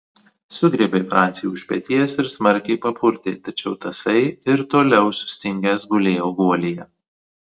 sugriebė francį už peties ir smarkiai papurtė tačiau tasai ir toliau sustingęs gulėjo guolyje